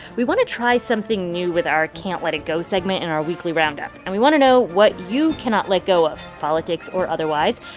we want to try something new with our can't let it go segment in our weekly roundup, and we want to know what you cannot let go of politics or otherwise.